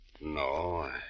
No